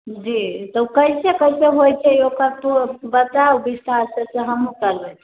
जी तऽ ओ कइसे कइसे होइ छै ओकर बताउ विस्तारसँ तऽ हमहूँ करबै